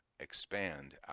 expand